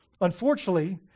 Unfortunately